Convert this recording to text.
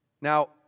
Now